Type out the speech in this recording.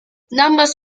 numbers